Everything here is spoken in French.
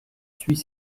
suit